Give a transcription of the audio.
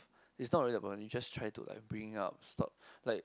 is not really a problem you just try to like bring up stop like